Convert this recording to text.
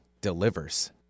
delivers